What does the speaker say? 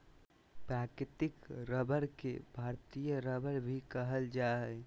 प्राकृतिक रबर के भारतीय रबर भी कहल जा हइ